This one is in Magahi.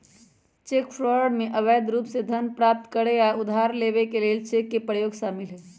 चेक फ्रॉड में अवैध रूप से धन प्राप्त करे आऽ उधार लेबऐ के लेल चेक के प्रयोग शामिल हइ